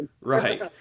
right